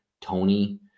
Tony